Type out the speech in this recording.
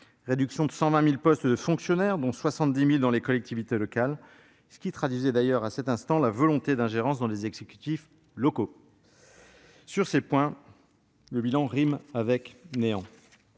réduction de 120 000 postes de fonctionnaires, dont 70 000 dans les collectivités territoriales, ce qui trahissait d'ailleurs d'emblée une volonté d'ingérence dans les exécutifs locaux. Sur tous ces points, bilan rime avec néant.